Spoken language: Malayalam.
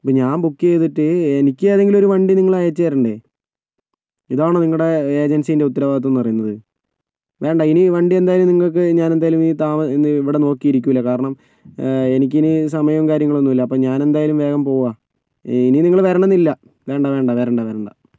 ഇപ്പോൾ ഞാൻ ബുക്കെയ്തിട്ട് എനിക്കേതെങ്കിലും ഒര് വണ്ടി നിങ്ങൾ അയച്ച് തരണ്ടേ ഇതാണോ നിങ്ങളുടെ ഏജൻസീൻ്റെ ഉത്തരവാദിത്തം എന്ന് പറയുന്നത് വേണ്ട ഇനി വണ്ടി എന്തായാലും നിങ്ങളുടെ ഞാനെന്തായാലും ഇതാ ഇവിടെ നോക്കിയിരിക്കുകയില്ല കാരണം എനിക്കിനി സമയവും കാര്യങ്ങളൊന്നും ഇല്ല അപ്പോൾ ഞാനെന്തായാലും വേഗം പോകാം ഇനി നിങ്ങള് വരണമെന്നില്ല വേണ്ട വേണ്ട വരണ്ട വരണ്ട